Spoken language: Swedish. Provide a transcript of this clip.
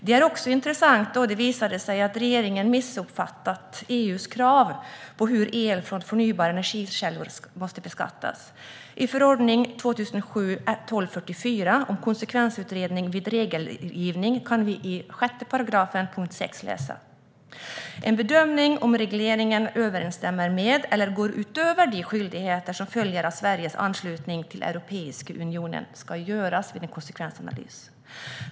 Det är också intressant att det visade sig att regeringen missuppfattat EU:s krav om hur el från förnybara energikällor måste beskattas. I förordning 2007:1244 om konsekvensutredning vid regelgivning kan vi under 6 § 6 läsa att "en bedömning av om regleringen överensstämmer med eller går utöver de skyldigheter som följer av Sveriges anslutning till Europeiska unionen" ska göras vid en konsekvensanalys.